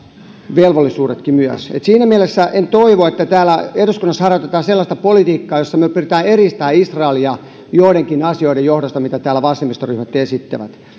velvollisuudetkin myös siinä mielessä en toivo että täällä eduskunnassa harjoitetaan sellaista politiikkaa jossa me me pyrimme eristämään israelia joidenkin asioiden johdosta mitä täällä vasemmistoryhmät esittävät